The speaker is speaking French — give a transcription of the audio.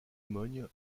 limogne